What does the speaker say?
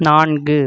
நான்கு